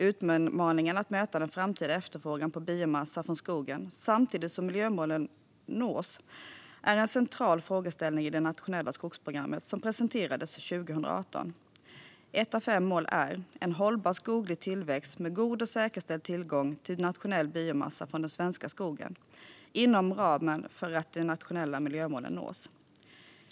Utmaningen att möta den framtida efterfrågan på biomassa från skogen samtidigt som miljömålen ska nås är en central frågeställning i det nationella skogsprogrammet som presenterades 2018. Ett av fem mål är "en hållbar skoglig tillväxt med god och säkerställd tillgång till nationell biomassa från den svenska skogen, inom ramen för att de nationella miljömålen nås".